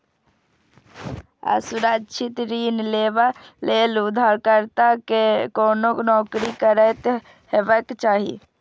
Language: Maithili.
असुरक्षित ऋण लेबा लेल उधारकर्ता कें कोनो नौकरी करैत हेबाक चाही